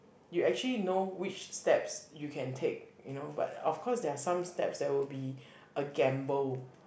you actually know which steps you can take you know but of course there are some steps that will be a gamble